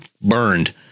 burned